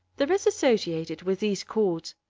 there is associated with these chords,